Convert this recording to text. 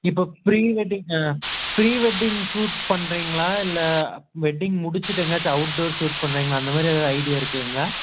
இப்போ pre wedding ஆ pre wedding shoot பண்ணுறிங்களா இல்லை வெட்டிங் முடிச்சிவிட்டு எங்கேயாச்சும் அவுட்டோர் சூட் பண்ணுறிங்களா அந்தமாதிரி ஏதாவது ஐடியா இருக்குதுங்களா